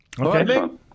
okay